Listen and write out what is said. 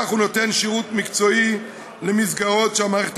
וכך הוא נותן שירות מקצועי למסגרות שהמערכת